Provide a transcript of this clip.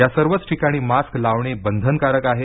या सर्वच ठिकाणी मास्क लावणे बंधनकारक आहे